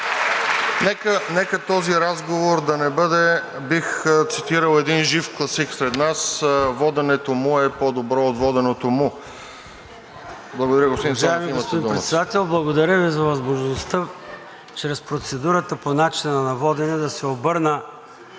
Нека този разговор да не бъде, бих цитирал един жив класик сред нас, воденето ми е по-добро от воденето му. Господин Цонев, имате думата.